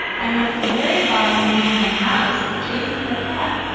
and at the very bottom we have a mouse chasing the cat.